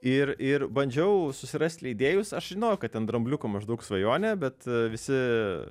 ir ir bandžiau susirast leidėjus aš žinojau kad ten drambliuko maždaug svajonė bet visi